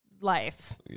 life